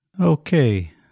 Okay